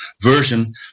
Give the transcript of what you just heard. version